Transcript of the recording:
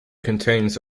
contains